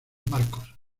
marcos